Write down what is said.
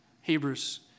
Hebrews